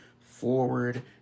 forward